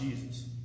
Jesus